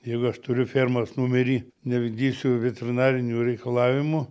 jeigu aš turiu fermos numerį nevykdysiu veterinarinių reikalavimų